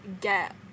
get